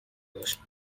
باش